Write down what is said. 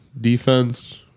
defense